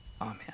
Amen